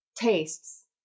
tastes